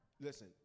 listen